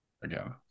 again